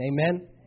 Amen